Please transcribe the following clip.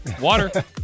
Water